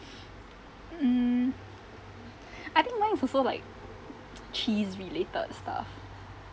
mm I think mine is also like cheese related stuff